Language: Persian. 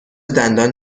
دندان